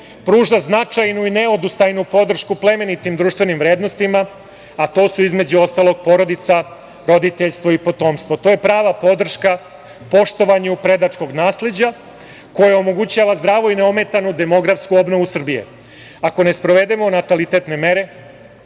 pruža značajnu i neodustajnu podršku plemenitim društvenim vrednostima, a to su između ostalog porodica, roditeljstvo i potomstvo. To je prava podrška poštovanju predačkog nasleđa koje omogućava zdravu i neometanu demografsku obnovu Srbije. Ako ne sprovedemo natalitetne mere,